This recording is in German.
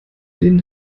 den